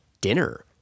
dinner